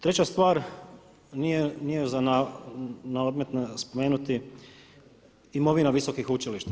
Treća stvar, nije na odmet spomenuti imovina visokih učilišta.